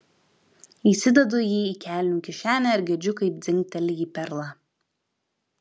įsidedu jį į kelnių kišenę ir girdžiu kaip dzingteli į perlą